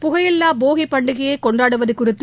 புகையில்லாபோகிபண்டிகையைகொண்டாடுவதுகுறித்து